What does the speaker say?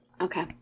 Okay